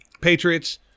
patriots